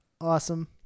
Awesome